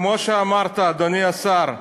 כמו שאמרת, אדוני השר,